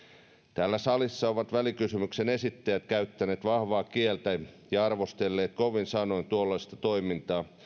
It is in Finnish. täällä salissa ovat välikysymyksen esittäjät käyttäneet vahvaa kieltä ja arvostelleet kovin sanoin tuollaista toimintaa